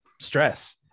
stress